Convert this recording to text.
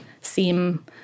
seem